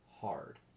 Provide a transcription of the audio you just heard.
hard